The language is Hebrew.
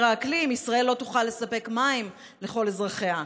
האקלים ישראל לא תוכל לספק מים לכל אזרחיה,